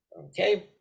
Okay